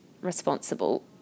responsible